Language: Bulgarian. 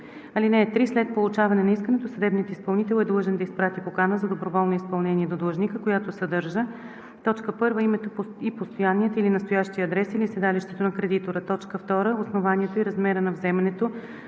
(3) След получаване на искането съдебният изпълнител е длъжен да изпрати покана за доброволно изпълнение до длъжника, която съдържа: 1. името и постоянния или настоящия адрес или седалището на кредитора; 2. основанието и размера на вземането,